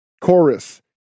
Chorus